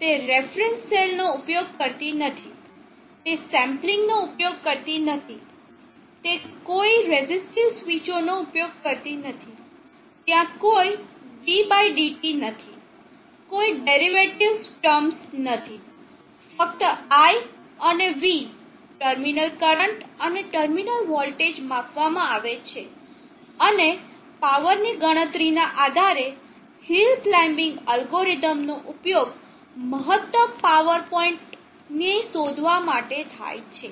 તે reference cell નો ઉપયોગ કરતી નથી તે સેમ્પલિંગ નો ઉપયોગ કરતી નથી તે કોઈ રેઝિસ્ટિવ સ્વીચો નો ઉપયોગ કરતી નથી ત્યાં કોઈ ddt નથી કોઈ ડેરીવેટીવ ટર્મ્સ નથી ફક્ત I અને V ટર્મિનલ કરંટ અને ટર્મિનલ વોલ્ટેજ માપવામાં આવે છે અને પાવરની ગણતરીના આધારે હિલ ક્લાઇમ્બીંગ એલ્ગોરિધમ નો ઉપયોગ મહત્તમ પાવર પોઇન્ટ ને શોધવા માટે થાય છે